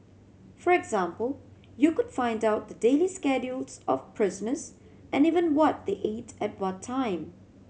for example you could find out the daily schedules of prisoners and even what they ate at what time